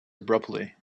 abruptly